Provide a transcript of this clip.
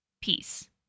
peace